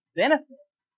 benefits